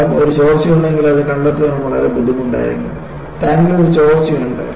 ഫലം ഒരു ചോർച്ചയുണ്ടെങ്കിലും അത് കണ്ടെത്താൻ വളരെ ബുദ്ധിമുട്ടായിരിക്കും ടാങ്കിൽ ഒരു ചോർച്ചയുണ്ട്